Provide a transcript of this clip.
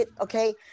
okay